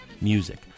music